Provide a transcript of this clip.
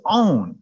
own